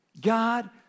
God